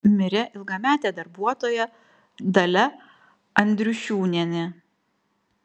mirė ilgametė darbuotoja dalia andriušiūnienė